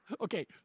Okay